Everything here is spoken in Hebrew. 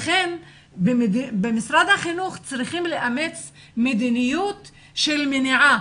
לכן במשרד החינוך צריכים לאמץ מדיניות של מניעה